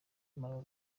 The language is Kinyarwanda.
maroc